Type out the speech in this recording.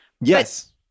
Yes